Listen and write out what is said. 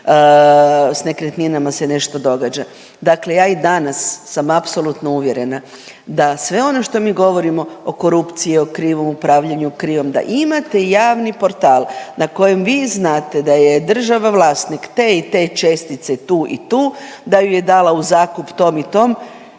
s nekretninama se nešto događa. Dakle, ja i danas sam apsolutno uvjerena da sve ono što mi govorimo o korupciju, o krivom upravljanju, o krivom, da imate javni portal na kojem vi znate da je država vlasnik te i te čestice tu i tu, da ju je dala u zakup tom i tom,